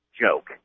joke